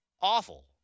awful